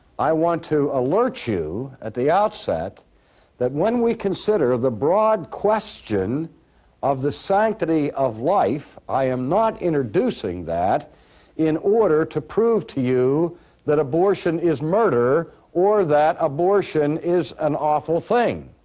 i want to alert you at the outset that when we consider the broad question of the sanctity of life, i am not introducing that in order to prove to you that abortion is murder or that abortion is an awful thing.